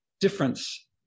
difference